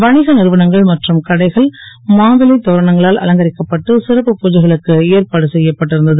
வணிக றுவனங்கள் மற்றும் கடைகள் மாவிலை தோரணங்களால் அலங்கரிக்கப்பட்டு சிறப்பு புஜைகளுக்கு ஏற்பாடு செ யப்பட்டிருந்தது